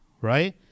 right